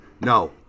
No